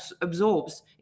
absorbs